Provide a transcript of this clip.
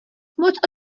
moc